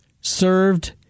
served